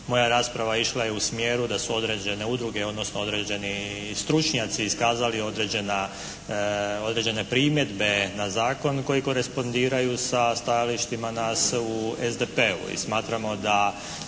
Moja rasprava išla je u smjeru da su određene udruge, odnosno određeni stručnjaci iskazali određena, određene primjedbe na zakon koji korespondiraju sa stajalištima nas u SDP-u.